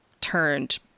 turned